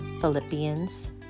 Philippians